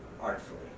artfully